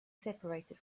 separated